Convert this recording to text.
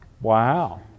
Wow